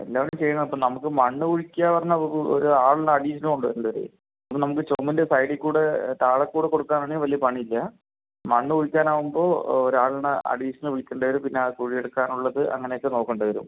എല്ലാവരും ചെയ്യണേ അപ്പം നമക്ക് മണ്ണ് കുഴിക്കുകാന്ന് പറഞ്ഞാൽ നമുക്ക് ഒരാൾടെ അഡീഷ്ണല് കൊണ്ട് വരണ്ട വരും അപ്പം നമുക്ക് ചുവരിൻ്റെ സൈഡീൽ കൂടെ താഴെക്കൂടെ കൊടുക്കുകാന്ന് പറഞ്ഞാൽ വലിയ പണി ഇല്ല മണ്ണ് കുഴിക്കാനാകുമ്പോൾ ഒരാൾടെ അഡീഷണല് വിളിക്കണ്ട വരും പിന്നെ കുഴി എടുക്കാനുള്ളത് അങ്ങനൊക്കെ നോക്കണ്ട വരും